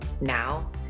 now